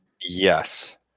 Yes